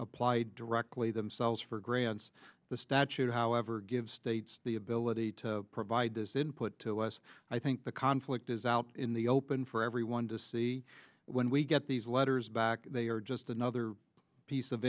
applied directly themselves for grants the statute however gives states the ability to provide this input to us i think the conflict is out in the open for everyone to see when we get these letters back they are just another piece of